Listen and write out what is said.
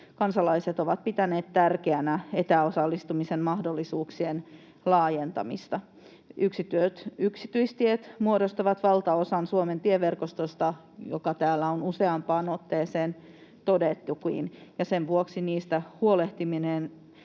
kansalaiset ovat pitäneet tärkeänä etäosallistumisen mahdollisuuksien laajentamista. Yksityistiet muodostavat valtaosan Suomen tieverkostosta, mikä täällä on useampaan otteeseen todettukin, ja sen vuoksi niistä huolehtiminen